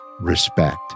Respect